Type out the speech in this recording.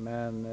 Herr talman! Nej då. Men